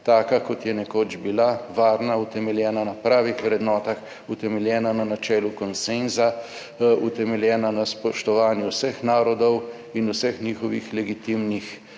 taka, kot je nekoč bila: varna, utemeljena na pravih vrednotah, utemeljena na načelu konsenza, utemeljena na spoštovanju vseh narodov in vseh njihovih legitimnih